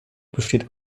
besteht